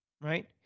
right